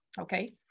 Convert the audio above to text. okay